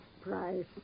price